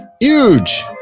huge